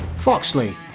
Foxley